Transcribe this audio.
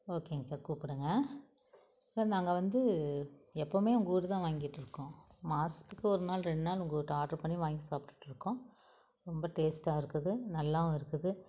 ஓகேங்க சார் கூப்பிடுங்க சார் நாங்கள் வந்து எப்போவுமே உங்கக்கிட்ட தான் வாங்கிகிட்ருக்கோம் மாதத்துக்கு ஒரு நாள் ரெண்டு நாள் உங்கக்கிட்ட ஆர்டர் பண்ணி வாங்கி சாப்பிட்டுட்ருக்கோம் ரொம்ப டேஸ்ட்டாக இருக்குது நல்லாவும் இருக்குது